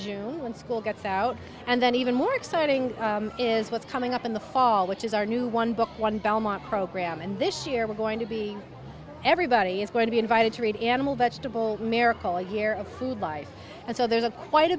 when school gets out and then even more exciting is what's coming up in the fall which is our new one book one belmont program and this year we're going to be everybody is going to be invited to read animal vegetable miracle year of food life and so there's a quite a